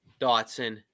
Dotson